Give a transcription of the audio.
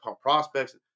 prospects